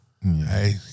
Hey